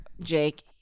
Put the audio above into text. jake